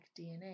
DNA